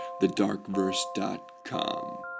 thedarkverse.com